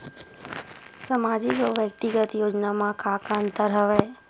सामाजिक अउ व्यक्तिगत योजना म का का अंतर हवय?